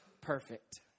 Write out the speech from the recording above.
perfect